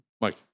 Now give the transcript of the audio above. Mike